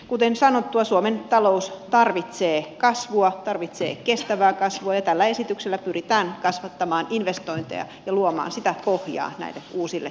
kuten sanottua suomen talous tarvitsee kasvua tarvitsee kestävää kasvua ja tällä esityksellä pyritään kasvattamaan investointeja ja luomaan sitä pohjaa näille uusille menestyville yrityksille